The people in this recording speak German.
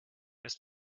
ist